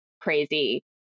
crazy